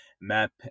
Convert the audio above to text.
map